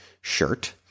shirt